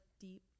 deep